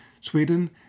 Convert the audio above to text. Sweden